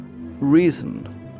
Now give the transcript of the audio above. reason